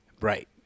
Right